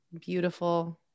beautiful